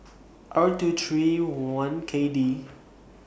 R two three one K D